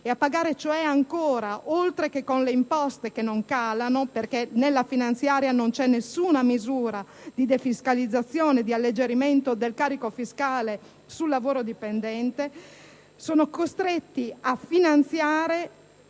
e a pagare ancora (oltre che con le imposte, che non calano perché nella finanziaria non c'è nessuna misura di defiscalizzazione e di alleggerimento del carico fiscale sul lavoro dipendente). In altri termini,